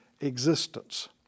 existence